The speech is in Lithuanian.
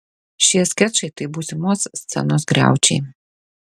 šie skečai tai būsimos scenos griaučiai